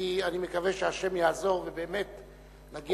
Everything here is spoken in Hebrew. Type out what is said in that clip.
כי אני מקווה שהשם יעזור ובאמת נגיע,